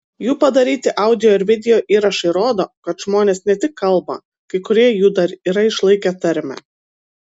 jų padaryti audio ir video įrašai rodo kad žmonės ne tik kalba kai kurie jų dar yra išlaikę tarmę